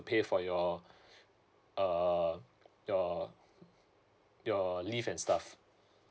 pay for your err your your leave and stuff